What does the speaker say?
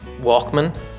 Walkman